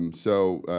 um so,